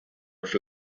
for